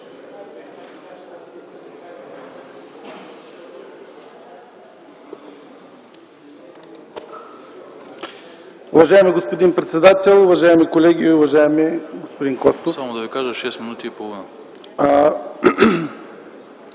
Уважаеми господин председател, уважаеми колеги, уважаеми господин Костов!